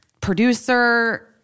producer